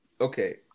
okay